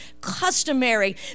customary